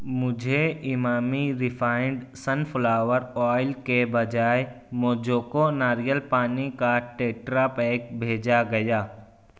مجھے Emami refined sunflower oil کے بجائے موجوکو ناریل پانی کا ٹیٹرا پیک بھیجا گیا